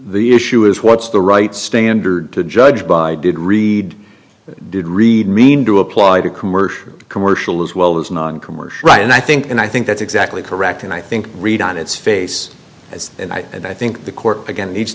the issue is what's the right standard to judge by did read did read mean to apply to commercial commercial as well as noncommercial and i think and i think that's exactly correct and i think read on its face and i think the court again